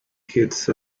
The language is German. kitts